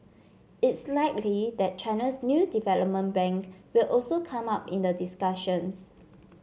it's likely that China's new development bank will also come up in the discussions